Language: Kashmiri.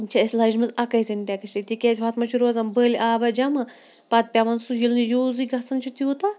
چھِ اَسہِ لٲجمٕژ اَکٲے سِنٹٮ۪کٕس تکیازِ ہُتھ مَنٛز چھُ روزان بٔلۍ آبا جَمَع پَتہٕ پیٚوان سُہ ییٚلہِ نہٕ یوٗزٕے گَژھان چھُ تیوٗتاہ